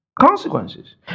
Consequences